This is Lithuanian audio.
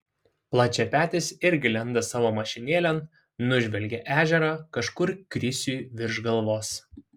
plačiapetis irgi lenda savo mašinėlėn nužvelgia ežerą kažkur krisiui virš galvos